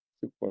Super